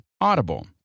Audible